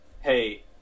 Hey